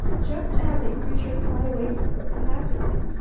just as a preacher's high waistcoat passes him,